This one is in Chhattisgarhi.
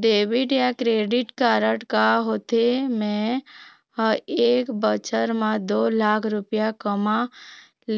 डेबिट या क्रेडिट कारड का होथे, मे ह एक बछर म दो लाख रुपया कमा